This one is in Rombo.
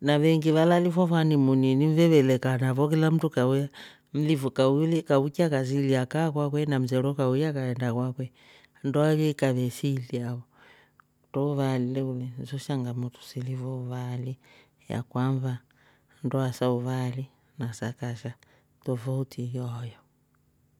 na veengi valaali fo hani muni ni ve ve lekana fo kila mndu kauya mlifu kauy- kauchya kasiilia kaa kwake na msero kauya kaenda kwakwe ndoa yo ikaavesiilia ho, tro vaali leuvaali le so shangamoto silivo uvaali ya kwamba ndoa sa uvaali na kasha tofuti ni yoo hoyo. baada ya harusi ve vakauchya vakashe lala hotelini vai ni hanimuni vai mfiri isatru hata wiki nsima na veengi valaali fo hani muni ni ve ve lekana fo kila mndu kauya mlifu kauy- kauchya kasiilia kaa kwake na msero kauya kaenda kwakwe ndoa yo ikaavesiilia ho, tro vaali leuvaali le so shangamoto silivo uvaali ya kwamba ndoa sa uvaali na kasha tofuti ni yoo hoyo.